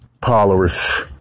Polaris